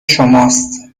شماست